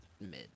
mid